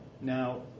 Now